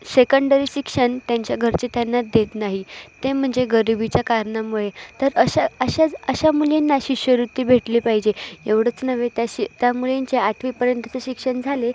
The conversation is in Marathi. शेकंडरी शिक्षण त्यांच्या घरचे त्यांना देत नाही ते म्हणजे गरिबीच्या कारणामुळे तर अशा अशाच अशा मुलींना शिष्यवृत्ती भेटली पाहिजे एवढंच नव्हे त्या शि त्या मुलींचे आठवीपर्यंतचे शिक्षण झाले